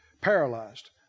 paralyzed